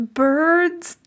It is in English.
bird's